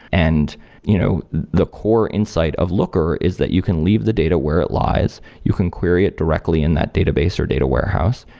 and you know the core insight of looker is that you can leave the data where it lies, you can query it directly in that database or data warehouse,